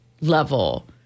level